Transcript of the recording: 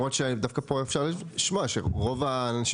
למרות שדווקא פה אפשר לשמוע שרוב האנשים